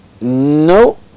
No